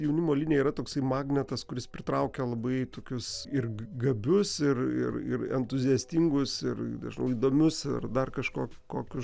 jaunimo linija yra toksai magnetas kuris pritraukia labai tokius ir gabius ir ir ir entuziastingus ir dažnai įdomius ir dar kažko kokius